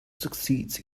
succeeds